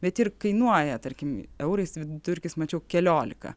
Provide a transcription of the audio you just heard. bet ir kainuoja tarkim eurais vidurkis mačiau keliolika